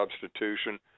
substitution